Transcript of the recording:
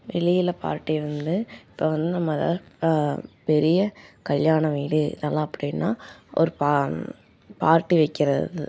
வெளியில் பார்ட்டி வந்து இப்போ வந்து நம்ம அதை பெரிய கல்யாண வீடு இதெல்லாம் அப்படின்னா ஒரு பா பார்ட்டி வைக்கிறது